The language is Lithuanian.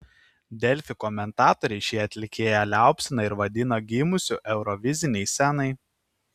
delfi komentatoriai šį atlikėją liaupsina ir vadina gimusiu eurovizinei scenai